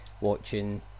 watching